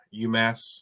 UMass